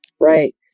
right